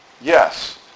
yes